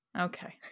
Okay